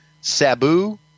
Sabu